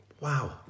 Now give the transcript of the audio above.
Wow